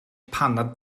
paned